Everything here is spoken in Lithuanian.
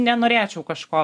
nenorėčiau kažko